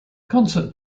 concert